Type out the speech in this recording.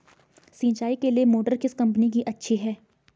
सिंचाई के लिए मोटर किस कंपनी की अच्छी है?